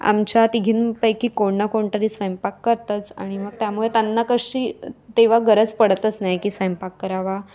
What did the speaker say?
आमच्या तिघींपैकी कोण ना कोणतरी स्वयंपाक करतंच आणि मग त्यामुळे त्यांना कशी तेव्हा गरज पडतच नाही की स्वयंपाक करावा